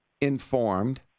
informed